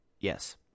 Yes